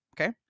okay